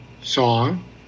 song